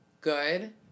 good